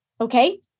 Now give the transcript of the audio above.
Okay